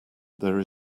there